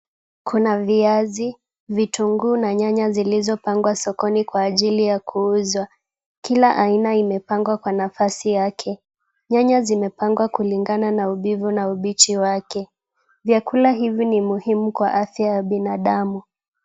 Kuna viazi, vitunguu na nyanya zilizopangwa sokoni kwa ajili ya kuuzwa. Kila aina imepangwa kwa nafasi yake. Nyanya zimepangwa kulingana na umbivu na umbichi wake. Vyakula hivi ni muhimu kwa afya ya binadamu.